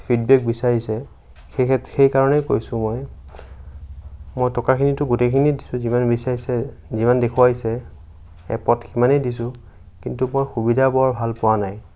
feedback বিচাৰিছে সেই ক্ষেত সেইকাৰণেই কৈছোঁ মই মই টকাখিনিটো গেটেইখিনি দিছোঁ যিমান বিচাৰিছে যিমান দেখুৱাইছে এপত সিমানেই দিছোঁ কিন্তু মই সুবিধা বৰ ভাল পোৱা নাই